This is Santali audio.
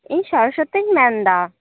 ᱤᱧ ᱥᱚᱨᱚᱥᱚᱛᱤᱧ ᱢᱮᱱᱫᱟ